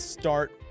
start